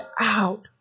out